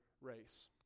race